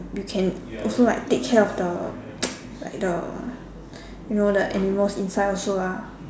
you can also like take care of the like the you know the animals inside also ah